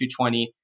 220